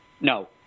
No